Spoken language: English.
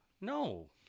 No